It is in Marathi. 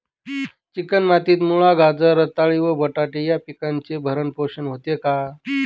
चिकण मातीत मुळा, गाजर, रताळी व बटाटे या पिकांचे भरण पोषण होते का?